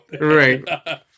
Right